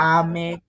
ame